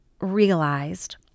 realized